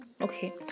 okay